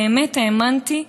באמת האמנתי,